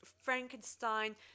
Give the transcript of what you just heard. Frankenstein